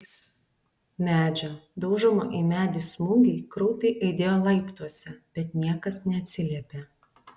medžio daužomo į medį smūgiai kraupiai aidėjo laiptuose bet niekas neatsiliepė